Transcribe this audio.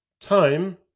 Time